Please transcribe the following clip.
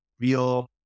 real